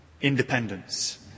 independence